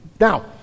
Now